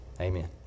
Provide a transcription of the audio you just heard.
Amen